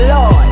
Lord